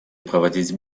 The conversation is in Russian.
проводить